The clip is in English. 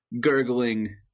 gurgling